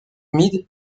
humides